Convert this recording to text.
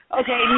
Okay